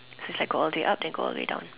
since I go all the way up then go all the way down